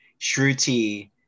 Shruti